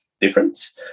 difference